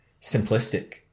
simplistic